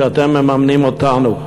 שאתם מממנים אותנו.